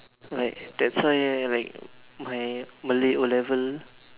I that's why like my Malay O-level